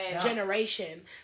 generation